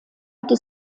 hatte